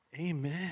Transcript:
Amen